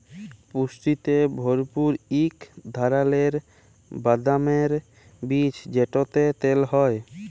পুষ্টিতে ভরপুর ইক ধারালের বাদামের বীজ যেটতে তেল হ্যয়